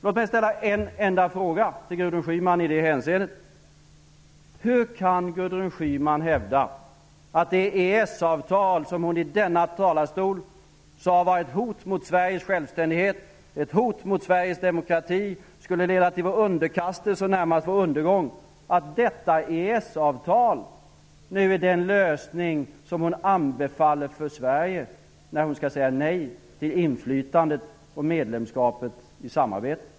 Låt mig ställa en enda fråga till Gudrun Schyman i det hänseendet: Hur kan Gudrun Schyman hävda att det EES-avtal som hon i denna talarstol sagt är ett hot mot Sveriges självständighet och ett hot mot Sveriges demokrati och att det skulle leda till vår underkastelse och nästan till vår undergång nu är den lösning som hon anbefaller för Sverige när hon skall säga nej till inflytandet och medlemskapet i samarbetet?